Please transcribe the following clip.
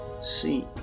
see